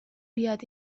بیاد